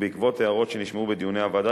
ובעקבות הערות שנשמעו בדיוני הוועדה,